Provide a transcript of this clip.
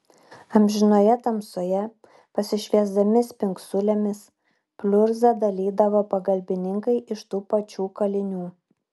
amžinoje tamsoje pasišviesdami spingsulėmis pliurzą dalydavo pagalbininkai iš tų pačių kalinių